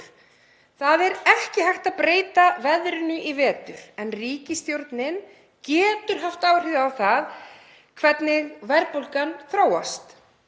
Það er ekki hægt að breyta veðrinu í vetur en ríkisstjórnin getur haft áhrif á það hvernig verðbólgan þróast.